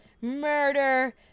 murder